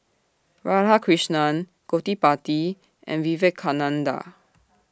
Radhakrishnan Gottipati and Vivekananda